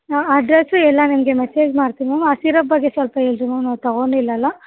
address ಎಲ್ಲ ನಿಮಗೆ message ಮಾಡ್ತಿನಿ ಮ್ಯಾಮ್ ಆ ಶಿರಾಫ್ ಬಗ್ಗೆ ಸ್ವಲ್ಪ ಹೇಳ್ರಿ ಮ್ಯಾಮ್ ನಾವು ತಗೊಂಡಿಲ್ಲ ಅಲ್ಲ